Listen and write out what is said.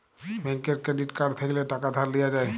ব্যাংকের credit card থ্যাইকলে টাকা ধার লিয়া যায়